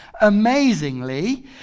amazingly